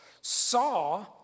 saw